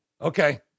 Okay